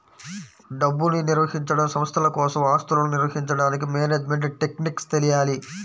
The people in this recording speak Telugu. డబ్బుని నిర్వహించడం, సంస్థల కోసం ఆస్తులను నిర్వహించడానికి మేనేజ్మెంట్ టెక్నిక్స్ తెలియాలి